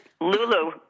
Lulu